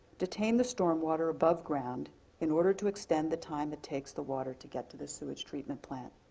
detain the storm water above ground in order to extend the time it takes the water to get to the sewage treatment plant.